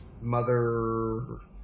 mother